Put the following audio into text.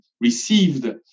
received